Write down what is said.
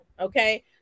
okay